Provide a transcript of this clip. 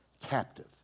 captive